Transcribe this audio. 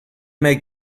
make